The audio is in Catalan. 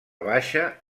baixa